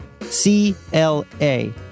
C-L-A